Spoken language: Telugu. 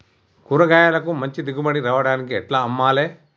కూరగాయలకు మంచి దిగుబడి రావడానికి ఎట్ల అమ్మాలే?